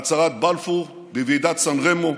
בהצהרת בלפור, בוועידת סן רמו,